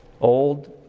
Old